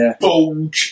Bulge